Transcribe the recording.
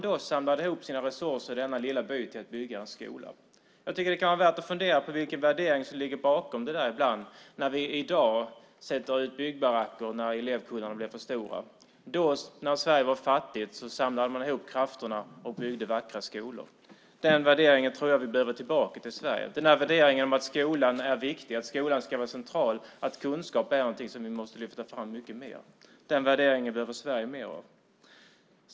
Den kan vara värt att ibland fundera på vilken värdering som ligger bakom det när vi i dag sätter ut byggbaracker när elevkullar blir för stora. När Sverige var fattigt samlade man ihop krafterna och byggde vackra skolor. Den värderingen tror jag vi behöver komma tillbaka till i Sverige. Det är värderingen att skolan är viktig och central och att kunskap är någonting som vi måste lyfta fram mycket mer. Den värderingen behöver Sverige mer av.